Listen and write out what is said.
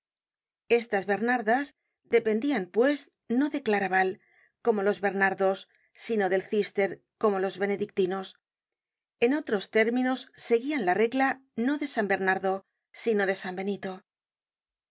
estas bernardas dependian pues no de claraval como los bernardos sino del cister como los benedictinos en otros términos seguían la regla no de san bernardo sino de san benito todo